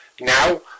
Now